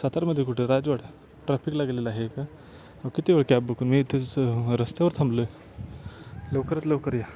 सातारमधे कुठे राजवाड ट्राफिक लागलेला आहे का किती वेळ कॅब बुक मी इथंच रस्त्यावर थांबलो आहे लवकरात लवकर या